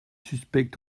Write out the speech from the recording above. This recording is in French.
suspectes